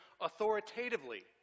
authoritatively